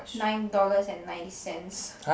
nine dollars and ninety cents